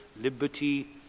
liberty